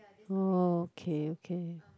okay okay